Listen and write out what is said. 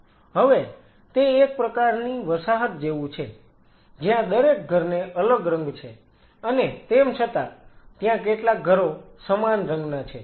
હવે તે એક પ્રકારની વસાહત જેવું છે જ્યાં દરેક ઘરને અલગ રંગ છે અને તેમ છતાં ત્યાં કેટલાક ઘરો સમાન રંગના છે